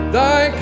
thy